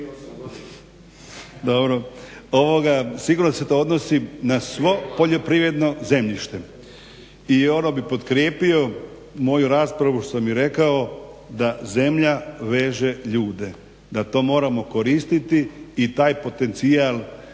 Ovo, sigurno se to odnosi na svo poljoprivredno zemljište i ono bi potkrijepio moju raspravu, što sam i rekao da zemlja veže ljude, da to moramo koristiti i taj potencijal